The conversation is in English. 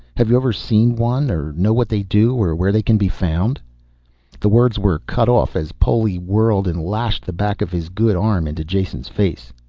have you ever seen one or know what they do, or where they can be found the words were cut off as poli whirled and lashed the back of his good arm into jason's face.